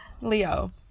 Leo